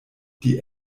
die